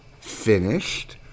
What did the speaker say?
finished